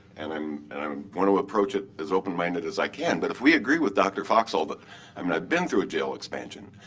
and i um and um want to approach it as open minded as i can. but if we agree with dr. foxall, but i mean i've been through a jail expansion.